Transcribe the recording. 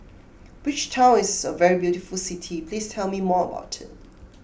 Bridgetown is a very beautiful city please tell me more about it